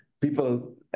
people